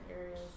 areas